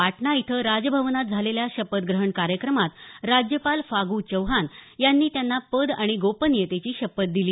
पाटणा इथं राजभवनात झालेल्या शपथग्रहण कार्यक्रमात राज्यपाल फागू चौहान यांनी त्यांना पद आणि गोपनीयतेची शपथ दिली